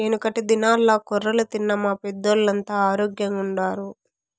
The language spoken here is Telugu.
యెనకటి దినాల్ల కొర్రలు తిన్న మా పెద్దోల్లంతా ఆరోగ్గెంగుండారు